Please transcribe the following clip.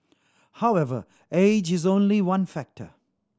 however age is only one factor